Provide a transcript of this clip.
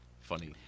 funny